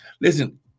Listen